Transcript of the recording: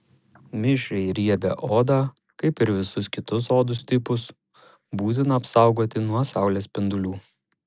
mišrią ir riebią odą kaip ir visus kitus odos tipus būtina apsaugoti nuo saulės spindulių